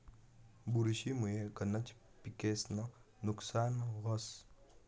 बुरशी मुये गनज पिकेस्नं नुकसान व्हस